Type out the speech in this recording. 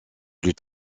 plus